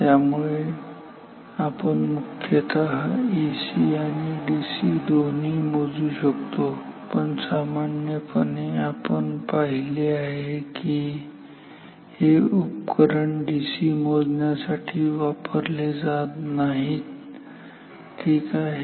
त्यामुळे मुख्यतः आपण एसी आणि डीसी दोन्ही मोजू शकतो पण सामान्यपणे आपण पाहिले आहे की हे उपकरण डीसी मोजण्यासाठी वापरले जात नाही ठीक आहे